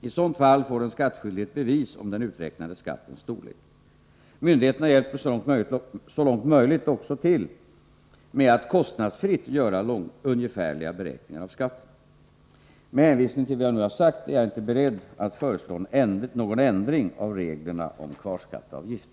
I sådant fall får den skattskyldige ett bevis om den uträknade skattens storlek. Myndigheterna hjälper så långt möjligt också till med att kostnadsfritt göra ungefärliga beräkningar av skatten. Med hänvisning till vad jag nu sagt är jag inte beredd att föreslå någon ändring av reglerna om kvarskatteavgift.